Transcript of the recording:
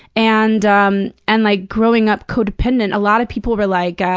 and um and like, growing up co-dependent, a lot of people were like,